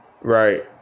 right